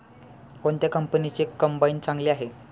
कोणत्या कंपनीचे कंबाईन चांगले आहे?